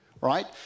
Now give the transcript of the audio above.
Right